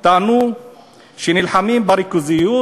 טענו שנלחמים בריכוזיות,